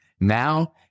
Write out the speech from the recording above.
Now